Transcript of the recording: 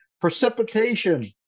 precipitation